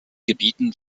gebieten